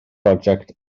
project